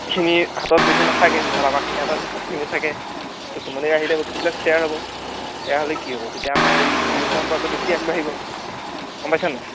খিনিৰ হাতত সেইটো নাথাকে বাট আমাৰখিনিৰ হাতত সেইখিনি থাকে তো তোমালোকে আহিলে বস্তুবিলাক শ্ৱেয়াৰ হ'ব শ্ৱেয়াৰ হ'লে কি হ'ব তেতিয়া আমাৰ এই বিহু পৰম্পৰাটো বেছি আগবাঢ়িব গম পাইছা নাই